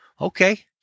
Okay